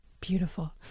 Beautiful